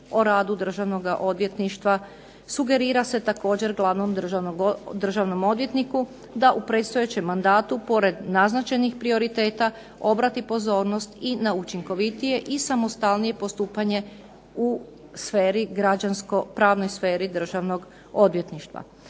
o radu Državnoga odvjetništva. Sugerira se također glavnom državnom odvjetniku da u predstojećem mandatu pored naznačenih prioriteta obrati pozornost i na učinkovitije i samostalnije postupanje u građansko-pravnoj sferi Državnog odvjetništva.